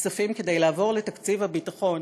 הכספים כדי לעבור לתקציב הביטחון.